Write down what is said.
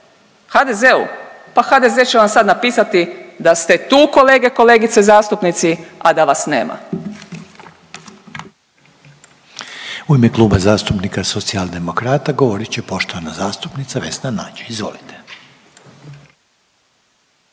HDZ-u. Pa HDZ će vam sad napisati da ste tu kolege i kolegice zastupnici, a da vas nema. **Reiner, Željko (HDZ)** U ime Kluba zastupnika Socijaldemokrata govorit će poštovana zastupnica Vesna Nađ. Izvolite.